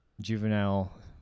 juvenile